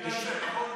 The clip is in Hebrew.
בגלל זה, נכון?